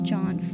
John